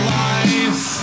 life